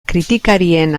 kritikarien